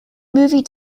movie